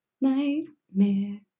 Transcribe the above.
Nightmare